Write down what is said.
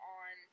on